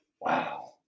Wow